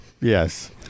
yes